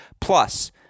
plus